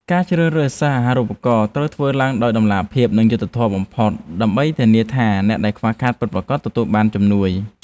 ការជ្រើសរើសសិស្សអាហារូបករណ៍ត្រូវធ្វើឡើងដោយតម្លាភាពនិងយុត្តិធម៌បំផុត ដើម្បីធានាថាអ្នកដែលខ្វះខាតពិតប្រាកដទទួលបានជំនួយ។